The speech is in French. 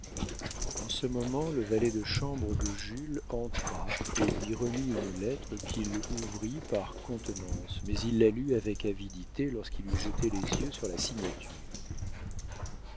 en ce moment le valet de chambre de jules entra et lui remit une lettre qu'il ouvrit par contenance mais il la lut avec avidité lorsqu'il eut jeté les yeux sur la signature